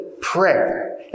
prayer